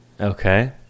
Okay